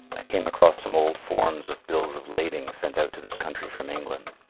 i came across some old forms of bills of lading sent out to this country from england.